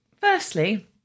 Firstly